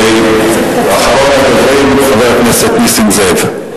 ואחרון הדוברים, חבר הכנסת נסים זאב.